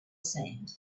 sand